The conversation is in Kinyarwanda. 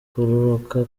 kororoka